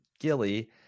Gilly